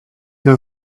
your